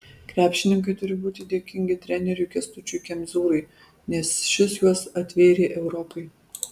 krepšininkai turi būti dėkingi treneriui kęstučiui kemzūrai nes šis juos atvėrė europai